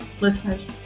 listeners